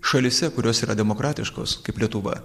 šalyse kurios yra demokratiškos kaip lietuva